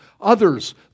others